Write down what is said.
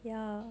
ya